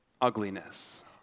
ugliness